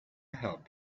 help